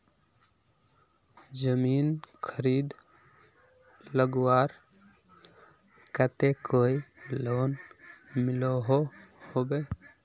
जमीन खरीद लगवार केते कोई लोन मिलोहो होबे?